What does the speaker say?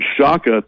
Shaka